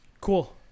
cool